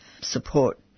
Support